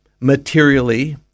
materially